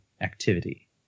activity